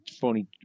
phony